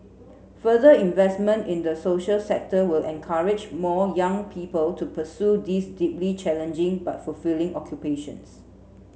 further investment in the social sector will encourage more young people to pursue these deeply challenging but fulfilling occupations